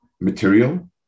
material